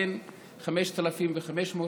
בין 5,500 ל-6,000.